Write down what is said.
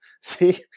see